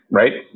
right